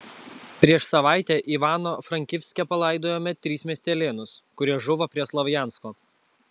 prieš savaitę ivano frankivske palaidojome tris miestelėnus kurie žuvo prie slovjansko